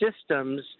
systems